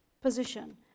position